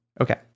Okay